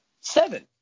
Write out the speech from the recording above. seven